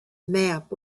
map